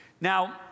Now